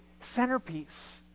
centerpiece